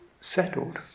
settled